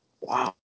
wow